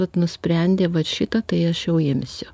vat nusprendė vat šitą tai aš imsiu